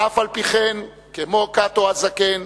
ואף-על-פי-כן, כמו קאטו הזקן,